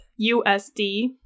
USD